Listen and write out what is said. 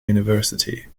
university